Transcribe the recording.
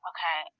Okay